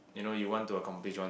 you know you want to accomplish one